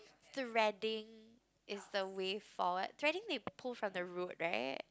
threading is the way forward threading they pull from the root right